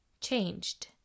changed